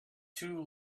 too